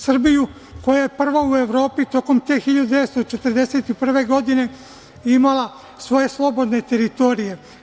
Srbiju koja je prva u Evropi tokom te 1941. godine imala svoje slobodne teritorije.